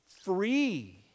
free